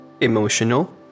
emotional